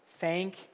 thank